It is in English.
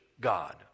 God